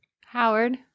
Howard